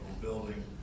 building